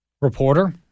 reporter